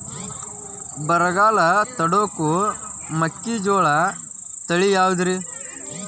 ಬರಗಾಲ ತಡಕೋ ಮೆಕ್ಕಿಜೋಳ ತಳಿಯಾವುದ್ರೇ?